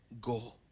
go